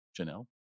Janelle